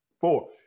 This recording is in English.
four